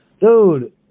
dude